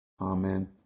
Amen